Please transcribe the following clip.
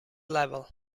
level